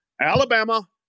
Alabama